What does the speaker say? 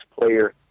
player